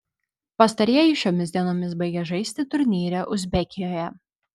pastarieji šiomis dienomis baigia žaisti turnyre uzbekijoje